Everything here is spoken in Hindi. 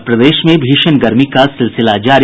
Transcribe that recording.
और प्रदेश में भीषण गर्मी का सिलसिला जारी